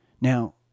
Now